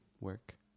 work